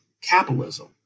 capitalism